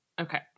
Okay